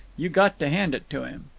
you got to hand it to him.